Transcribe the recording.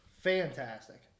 Fantastic